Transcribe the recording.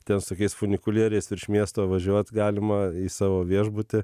ten su tokiais funikulieriais virš miesto važiuot galima į savo viešbutį